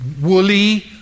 woolly